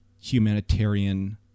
humanitarian